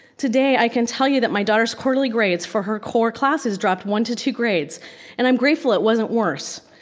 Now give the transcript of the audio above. today i can tell you that my daughters quarterly grades for her core classes dropped one to two grades and i'm grateful it wasn't worse.